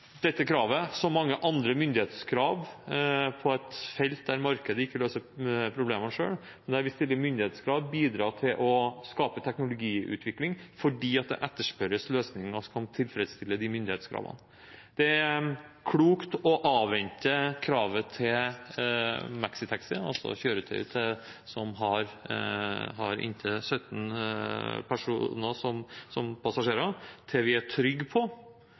dette kravet – som mange andre myndighetskrav på et felt der markedet ikke løser problemene selv, men der vi stiller myndighetskrav – bidra til å skape teknologiutvikling, fordi det etterspørres løsninger som kan tilfredsstille de myndighetskravene. Det er klokt å avvente kravet til maxitaxi, altså kjøretøy som har inntil 17 personer som passasjerer, til vi er trygge på